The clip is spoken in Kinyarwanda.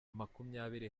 makumyabiri